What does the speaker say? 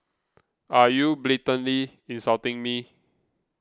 are you blatantly insulting me